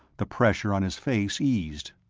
the pressure on his face eased.